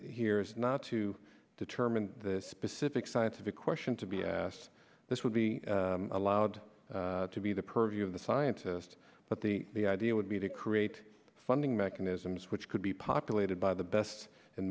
here is not to determine the specific scientific question to be asked this would be allowed to be the purview of the scientists but the the idea would be to create funding mechanisms which could be populated by the best and